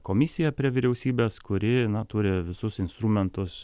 komisiją prie vyriausybės kuri turi visus instrumentus